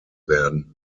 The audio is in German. werden